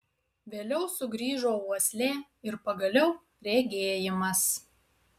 vėliau sugrįžo uoslė ir pagaliau regėjimas